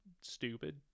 stupid